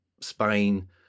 Spain